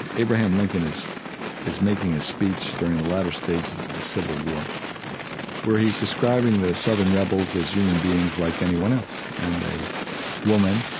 abraham lincoln is is making a speech during the latter stages of the civil war where he's describing the southern rebels as human beings like anyone else and a woman,